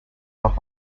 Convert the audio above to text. noch